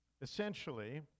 Essentially